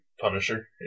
Punisher